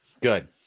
Good